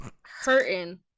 hurting